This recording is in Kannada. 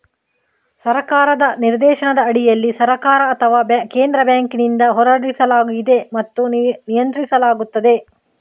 ಸರ್ಕಾರದ ನಿರ್ದೇಶನದ ಅಡಿಯಲ್ಲಿ ಸರ್ಕಾರ ಅಥವಾ ಕೇಂದ್ರ ಬ್ಯಾಂಕಿನಿಂದ ಹೊರಡಿಸಲಾಗಿದೆ ಮತ್ತು ನಿಯಂತ್ರಿಸಲಾಗುತ್ತದೆ